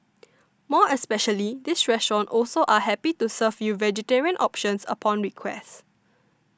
more especially this restaurant also are happy to serve you vegetarian options upon request